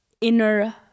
inner